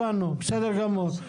בסדר גמור.